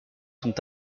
sont